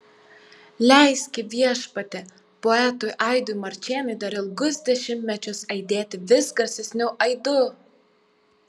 leiski viešpatie poetui aidui marčėnui dar ilgus dešimtmečius aidėti vis garsesniu aidu